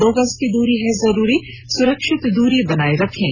दो गज की दूरी है जरूरी सुरक्षित दूरी बनाए रखें